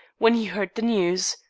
when he heard the news.